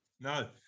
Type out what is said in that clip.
no